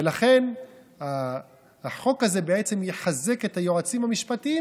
ולכן החוק הזה בעצם יחזק את היועצים המשפטיים,